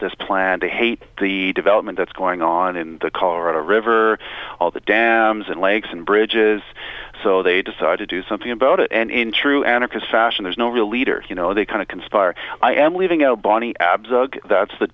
this plan to hate the development that's going on in the colorado river all the dams and lakes and bridges so they decide to do something about it and in true anarchist fashion there's no real leader you know they kind of conspire i am leaving